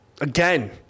again